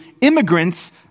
immigrants